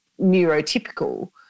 neurotypical